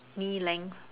knee length